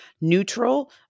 neutral